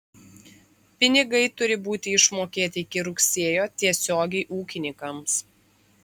pinigai turi būti išmokėti iki rugsėjo tiesiogiai ūkininkams